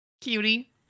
Cutie